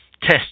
test